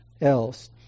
else